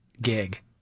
gig